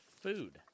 food